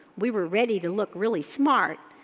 we were ready to look really smart,